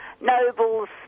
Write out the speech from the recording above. Nobles